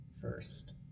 first